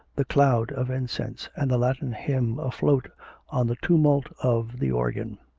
the cloud of incense, and the latin hymn afloat on the tumult of the organ.